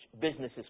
businesses